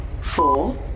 four